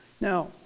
Now